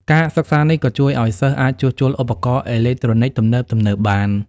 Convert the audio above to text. ការសិក្សានេះក៏ជួយឱ្យសិស្សអាចជួសជុលឧបករណ៍អេឡិចត្រូនិចទំនើបៗបាន។